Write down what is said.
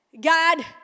God